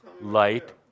light